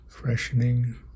Freshening